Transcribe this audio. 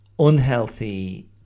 unhealthy